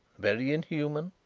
very inhuman.